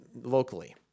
locally